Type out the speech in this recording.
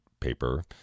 paper